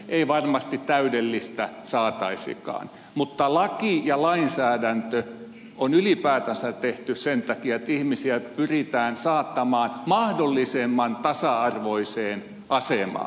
ei varmasti täydellistä saataisikaan mutta laki ja lainsäädäntö on ylipäätänsä tehty sen takia että ihmisiä pyritään saattamaan mahdollisimman tasa arvoiseen asemaan